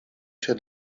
się